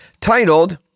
Titled